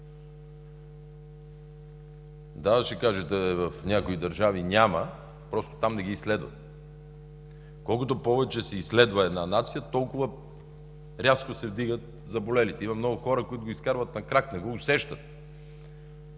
Да, ще кажете, в някои държави няма. Просто там не ги изследват. Колкото повече се изследва една нация, толкова рязко се вдигат заболелите. Има много хора, които го изкарват на крак, не го усещат